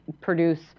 produce